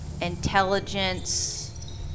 intelligence